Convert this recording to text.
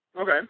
Okay